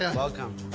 and welcome.